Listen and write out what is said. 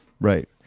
Right